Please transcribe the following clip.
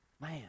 Man